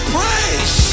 praise